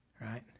right